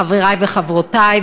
חברי וחברותי,